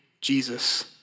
Jesus